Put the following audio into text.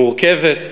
מורכבת,